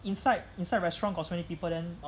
inside inside restaurant got so many people then